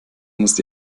muss